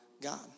God